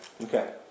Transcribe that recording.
Okay